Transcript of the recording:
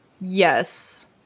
Yes